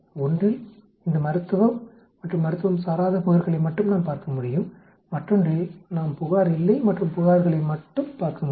ஒன்றில் இந்த மருத்துவ மற்றும் மருத்துவம் சாராத புகார்களை மட்டுமே நாம் பார்க்க முடியும் மற்றொன்றில் நாம் புகார் இல்லை மற்றும் புகார்களை மட்டுமே பார்க்க முடியும்